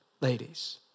ladies